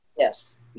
Yes